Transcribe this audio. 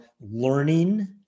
learning